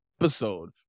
episode